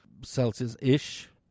Celsius-ish